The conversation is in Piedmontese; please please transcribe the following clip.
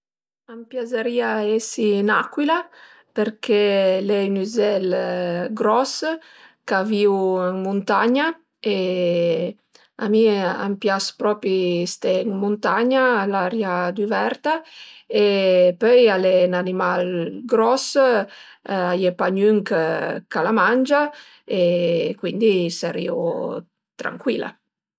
A m'piazërìa esi 'n'acuila përché al e ün üzel propi gros ch'a vìu ën muntagna e a mi m'pias propi ste ën muntagna a l'aria düverta e pöi al e 'n'animal gros, a ie pa gnün ch'a la mangia e cuindi sarìu trancuila